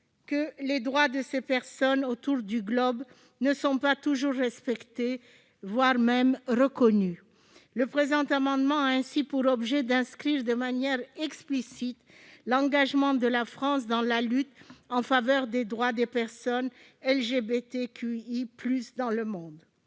les droits de ces personnes ne sont pas toujours respectés, ni même reconnus. Le présent amendement a ainsi pour objet d'inscrire de manière explicite l'engagement de la France dans la lutte en faveur des droits des personnes LGBTQI+ dans le monde.